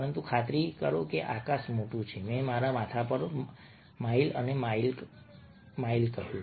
પરંતુ ખાતરી કરો કે આકાશ મોટું છે મેં મારા માથા ઉપર માઇલ અને માઇલ કહ્યું